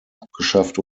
abgeschafft